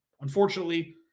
unfortunately